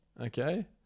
Okay